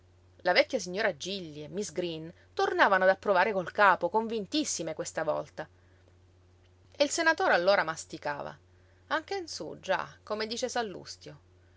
la vecchia signora gilli e miss green tornavano ad approvare col capo convintissime questa volta e il senatore allora masticava anche in sú già come dice sallustio